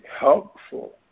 helpful